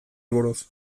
buruz